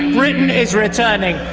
britain is returning.